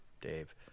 Dave